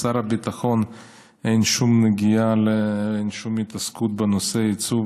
לשר הביטחון אין שום נגיעה ואין שום התעסקות בנושא יצוא.